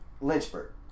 Lynchburg